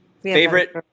Favorite